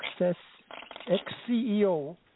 ex-CEO